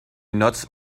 nuts